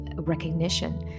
recognition